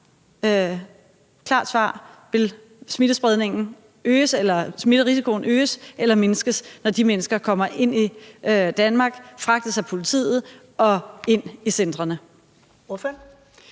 klart svar: Vil smitterisikoen øges eller mindskes, når de mennesker kommer ind i Danmark, fragtes af politiet og kommer ind i centrene?